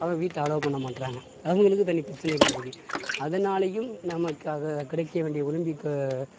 அவங்க வீட்டில் அலோ பண்ணமாட்டறாங்க அவங்களுக்கு தனி பிரச்சனைகள் இருக்குது அதனாலையும் நமக்காக கிடைக்க வேண்டிய ஒலிம்பிக்கு